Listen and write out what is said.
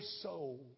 soul